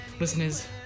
listeners